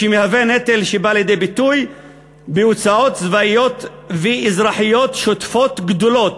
נטל שבא לידי ביטוי בהוצאות צבאיות ואזרחיות שוטפות גדולות.